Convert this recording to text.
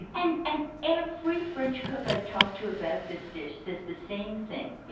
and and every french cook i've talked to about this dish says the same thing